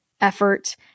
effort